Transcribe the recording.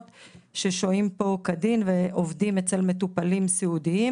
ששוהים פה כדין ועובדים אצל מטופלים סיעודיים.